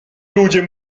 ludzie